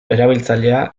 erabiltzailea